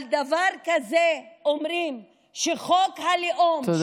על דבר כזה אומרים שחוק הלאום, תודה.